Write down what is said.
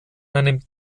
einem